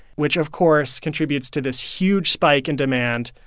which of course contributes to this huge spike in demand.